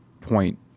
point